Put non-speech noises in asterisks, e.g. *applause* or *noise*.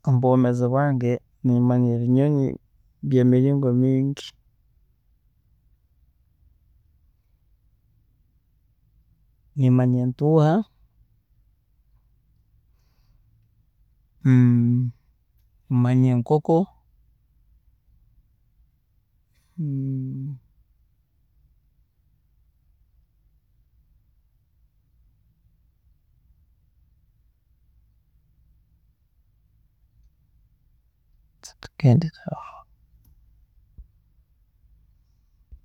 ﻿Mubwoomeezi bwange nimanya ebinyonyi byemiringo miingi, nimanya entuuha, *hesitation* nimanya enkoko